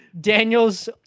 Daniel's